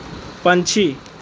ਪੰਛੀ